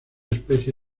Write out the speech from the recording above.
especie